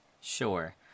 sure